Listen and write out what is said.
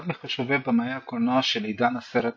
אחד מחשובי במאי הקולנוע של עידן הסרט האילם.